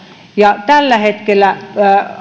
ja tällä hetkellä